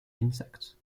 insects